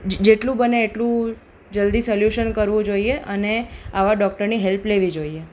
જ જેટલું બને એટલું જલ્દી સોલ્યુશન કરવું જોઈએ અને આવા ડૉક્ટરની હેલ્પ લેવી જોઈએ